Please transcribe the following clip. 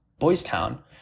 Boystown